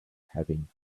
having